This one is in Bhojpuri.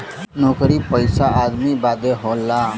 नउकरी पइसा आदमी बदे होला